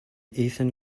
ethan